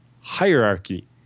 hierarchy